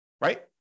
right